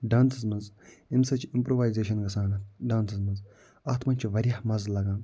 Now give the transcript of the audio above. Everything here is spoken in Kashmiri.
ڈانسَس منٛز أمۍ سۭتۍ چھِ اِمپروٗوایزیشَن گژھان ڈانسَن منٛز اَتھ منٛز چھِ واریاہ مَزٕ لگان